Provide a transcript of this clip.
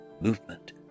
movement